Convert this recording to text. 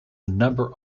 number